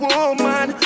Woman